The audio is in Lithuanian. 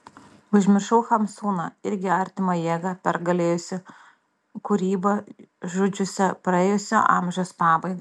užmiršau hamsuną irgi artimą jėgą pergalėjusį kūrybą žudžiusią praėjusio amžiaus pabaigą